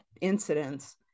incidents